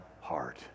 heart